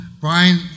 Brian